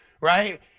Right